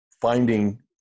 finding